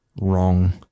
wrong